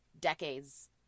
decades